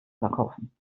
verkaufen